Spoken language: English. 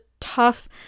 tough